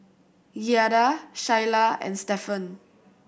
Giada Shyla and Stephan